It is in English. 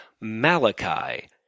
Malachi